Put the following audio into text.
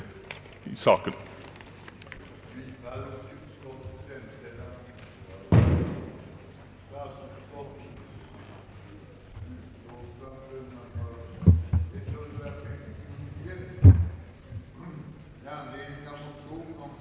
inom den närmast liggande näringsgeografiska regionen.